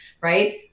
Right